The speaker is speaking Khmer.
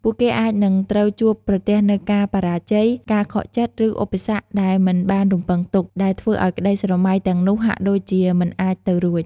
ពួកគេអាចនឹងត្រូវជួបប្រទះនូវការបរាជ័យ ការខកចិត្ត ឬឧបសគ្គដែលមិនបានរំពឹងទុក ដែលធ្វើឱ្យក្តីស្រមៃទាំងនោះហាក់ដូចជាមិនអាចទៅរួច។